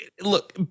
Look